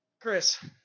Chris